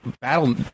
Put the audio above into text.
battle